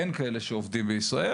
אין כאלה שעובדים בישראל,